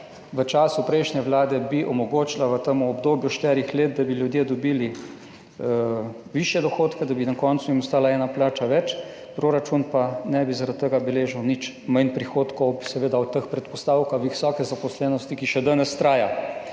v času prejšnje vlade, bi omogočila v tem obdobju štirih let, da bi ljudje dobili višje dohodke, da bi jim na koncu ostala ena plača več, proračun pa ne bi zaradi tega beležil nič manj prihodkov, seveda ob teh predpostavkah visoke zaposlenosti, ki še danes traja.